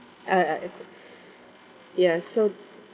uh uh ya so